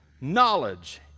knowledge